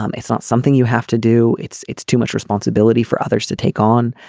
um it's not something you have to do. it's it's too much responsibility for others to take on.